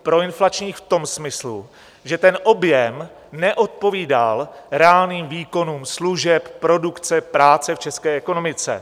Proinflačních v tom smyslu, že ten objem neodpovídal reálným výkonům služeb, produkce a práce v české ekonomice.